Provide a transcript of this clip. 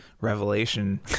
revelation